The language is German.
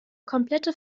komplette